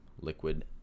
Liquid